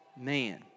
Man